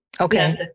Okay